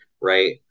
right